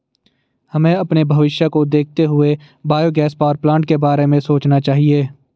हमें अपने भविष्य को देखते हुए बायोगैस पावरप्लांट के बारे में सोचना चाहिए